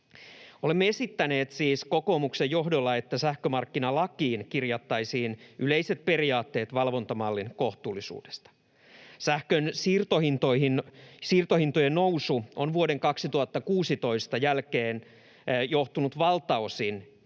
Olemme esittäneet siis kokoomuksen johdolla, että sähkömarkkinalakiin kirjattaisiin yleiset periaatteet valvontamallin kohtuullisuudesta. Sähkön siirtohintojen nousu on vuoden 2016 jälkeen johtunut valtaosin